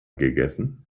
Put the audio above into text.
gegessen